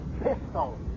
pistol